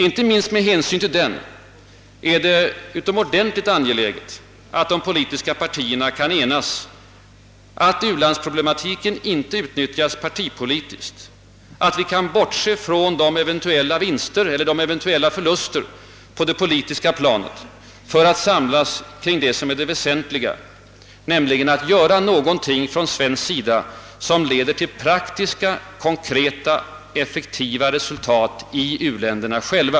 Icke minst med hänsyn härtill är det utomordentligt angeläget, att de politiska partierna kan enas om att ulandsproblematiken inte skall utnyttjas partipolitiskt och att de bortser från eventuella vinster eller förluster på det politiska planet för att samlas kring det väsentliga, nämligen att göra något från svensk sida som leder till praktiska konkreta och effektiva resultat i u-länderna.